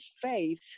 faith